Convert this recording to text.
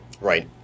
Right